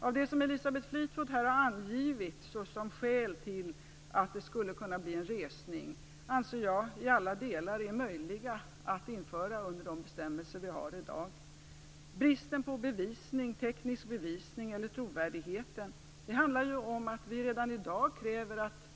Allt det som Elisabeth Fleetwood har angivit som skäl för resning kan omfattas av de bestämmelser vi har i dag. Hon talar om bristen på teknisk bevisning och parternas trovärdighet.